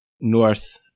north